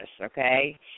Okay